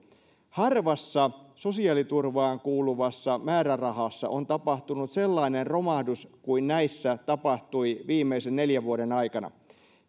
harvassa sosiaaliturvaan kuuluvassa määrärahassa on tapahtunut sellainen romahdus kuin näissä tapahtui viimeisen neljän vuoden aikana